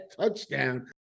touchdown